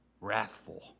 wrathful